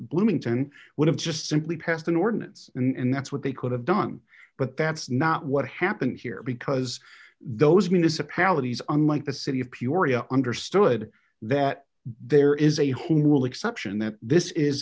bloomington would have just simply passed an ordinance and that's what they could have done but that's not what happened here because those municipalities unlike the city of curia understood that there is a home rule exception that this is